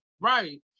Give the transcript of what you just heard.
Right